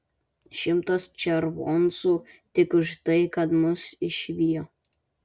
šimtas červoncų tik už tai kad mus išvijo